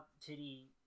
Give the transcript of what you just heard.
titty